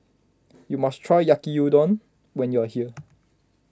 you must try Yaki Udon when you are here